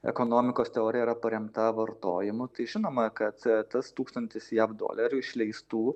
ekonomikos teorija yra paremta vartojimu tai žinoma kad tas tūkstantis jav dolerių išleistų